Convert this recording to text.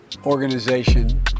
organization